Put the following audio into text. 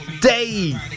day